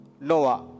Noah